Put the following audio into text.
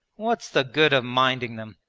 what's the good of minding them?